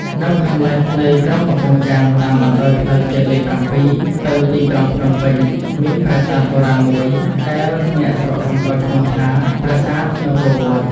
នៅខាងលិចនៃក្រុងកំពង់ចាម តាមបណ្តោយផ្លូវជាតិលេខ ៧ ទៅទីក្រុងភ្នំពេញ មានប្រាសាទបុរាណមួយ ដែលអ្នកស្រុកសម្គាល់ឈ្មោះថា ប្រាសាទនគរវត្ត។